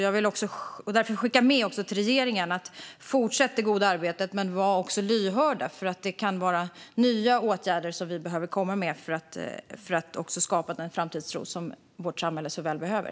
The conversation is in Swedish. Jag vill därför skicka med till regeringen: Fortsätt det goda arbetet! Men var också lyhörda! Vi kan behöva komma med nya åtgärder för att skapa den framtidstro vårt samhälle så väl behöver.